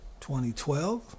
2012